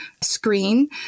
screen